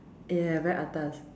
ya very atas